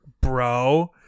bro